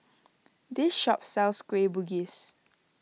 this shop sells Kueh Bugis